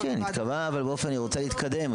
כן, היא רוצה להתקדם.